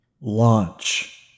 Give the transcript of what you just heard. Launch